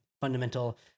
fundamental